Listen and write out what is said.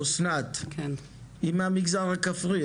אסנת היא מהמגזר הכפרי,